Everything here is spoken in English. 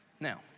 Now